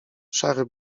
szary